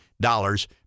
dollars